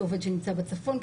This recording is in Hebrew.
לעובד שנמצא בצפון,